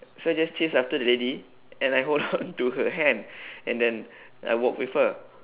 so I just chase after the lady and I hold on to her hand and then I walk with her